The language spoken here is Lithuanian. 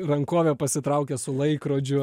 rankovė pasitraukia su laikrodžiu